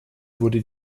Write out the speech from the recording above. wurde